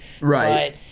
Right